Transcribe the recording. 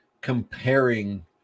comparing